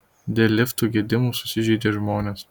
dėl liftų gedimų susižeidė žmonės